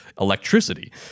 electricity